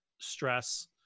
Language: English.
stress